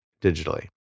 digitally